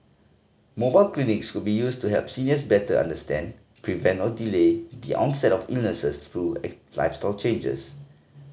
mobile clinics could be used to help seniors better understand prevent or delay the onset of illnesses through lifestyle changes